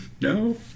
no